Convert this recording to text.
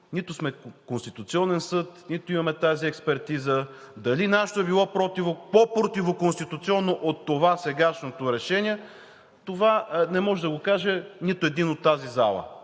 Нито сме Конституционен съд, нито имаме тази експертиза – дали нашето е било по-противоконституционно от това – сегашното решение, не може да каже нито един в тази зала.